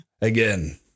again